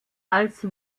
als